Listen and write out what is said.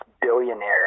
billionaire